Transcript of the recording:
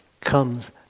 comes